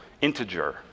integer